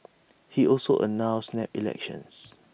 he also announced snap elections